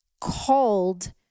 called